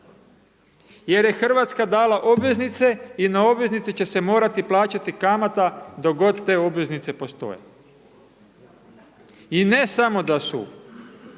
jer je Hrvatska dala obveznice i na obveznici će se morati plaćati kamata dok god te obveznice postoje. I ne samo da su